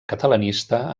catalanista